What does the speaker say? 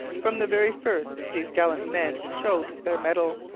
from the very first these gallant men showed their mettle.